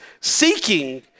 seeking